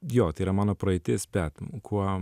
jo tai yra mano praeitis bet kuo